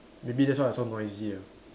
maybe that's why I so noisy ah